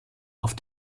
auf